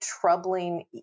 troubling